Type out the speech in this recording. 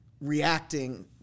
reacting